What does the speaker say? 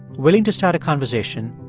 willing to start a conversation,